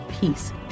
peace